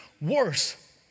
worse